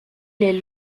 est